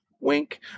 Wink